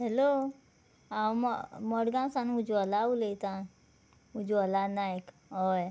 hello हांव म मडगांव सान उज्वाला उलयतां उज्वला नायक हय